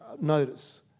notice